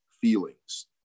feelings